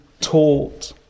taught